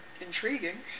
intriguing